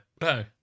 No